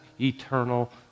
eternal